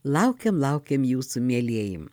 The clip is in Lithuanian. laukiam laukiam jūsų mielieji